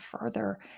further